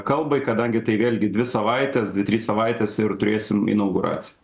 kalbai kadangi tai vėlgi dvi savaitės dvi trys savaitės ir turėsim inauguraciją